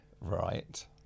right